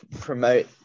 promote